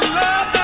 love